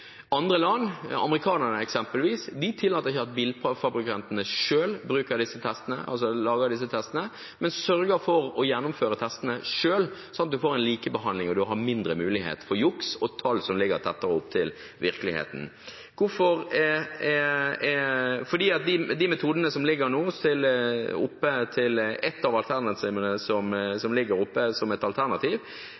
Andre land, amerikanerne eksempelvis, tillater ikke at bilfabrikantene selv lager testene, men sørger for å gjennomføre testene selv, slik at man får likebehandling, mindre mulighet for juks og tall som ligger tettere opp til virkeligheten. Hvorfor det? En av metodene som nå ligger som alternativ, anslår at det vil komme til